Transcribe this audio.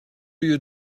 you